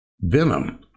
venom